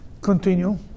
Continue